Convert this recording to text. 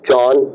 John